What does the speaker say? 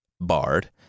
Bard